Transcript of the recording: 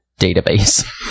database